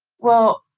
well,